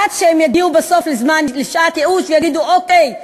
עד שהם יגיעו בסוף לשעת ייאוש ויגידו: אוקיי.